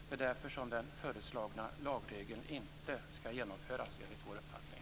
Det är därför den föreslagna lagregeln inte skall genomföras enligt vår uppfattning.